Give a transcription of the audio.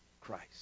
christ